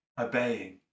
obeying